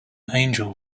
angel